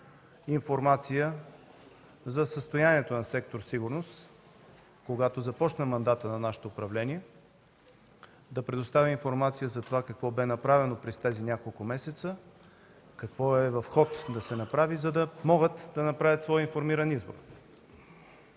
за състоянието на сектор „Сигурност“, когато започна мандатът на нашето управление, да предоставя информация за това какво беше направено през тези няколко месеца, какво е в ход да се направи, за да могат да направят своя информиран избор.